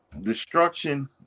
destruction